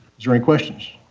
is there any questions?